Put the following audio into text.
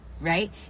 Right